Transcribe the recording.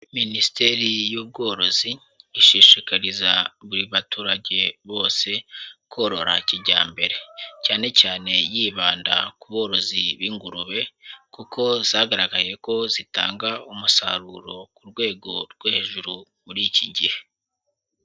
Minisiteri y'Ubworozi ishishikariza buri baturage bose korora kijyambere, cyane cyane yibanda ku borozi b'ingurube, kuko zagaragaye ko zitanga umusaruro ku rwego rwo hejuru muri iki gihe.